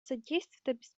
содействовать